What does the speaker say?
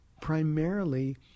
primarily